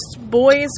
boys